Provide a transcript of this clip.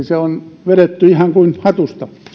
se on vedetty ihan kuin hatusta